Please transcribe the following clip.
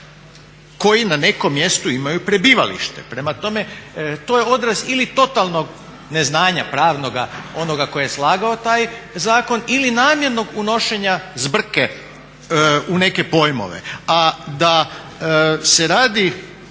koji na nekom mjestu imaju prebivalište. Prema tome, to je odraz ili totalnog neznanja pravnoga onoga tko je slagao taj zakon ili namjernog unošenja zbrke u neke pojmove. A da se radi